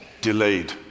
delayed